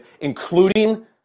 including